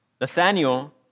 Nathaniel